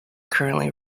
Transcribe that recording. currently